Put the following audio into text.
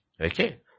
Okay